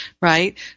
right